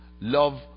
love